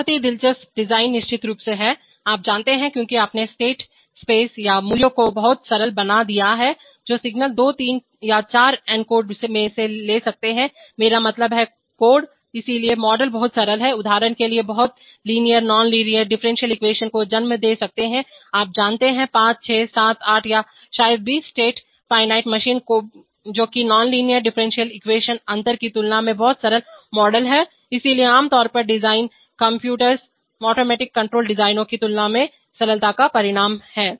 एक बहुत ही दिलचस्प डिजाइन निश्चित रूप से है आप जानते हैं क्योंकि आपने स्टेट स्पेस या मूल्यों को बहुत सरल बना दिया है जो सिग्नल दो तीन या चार एन्कोड में ले सकते हैं मेरा मतलब है कोड इसलिए मॉडल बहुत सरल हैं उदाहरण के लिए बहुत लीनियर नॉनलीनियर डिफरेंशियल इक्वेशन को जन्म दे सकते हैं आप जानते हैं पांच छह सात आठ या शायद 20 स्टेट फाइनाइट मशीन जो कि नॉनलाइनर डिफरेंशियल इक्वेशन अंतर की तुलना में बहुत सरल मॉडल है इसलिए आमतौर पर डिजाइन कंटीन्यूअस ऑटोमेटिक कंट्रोल डिजाइनों की तुलना में सरलता का परिमाण है